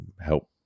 help